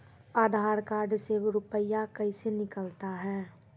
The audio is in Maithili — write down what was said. आधार कार्ड से रुपये कैसे निकलता हैं?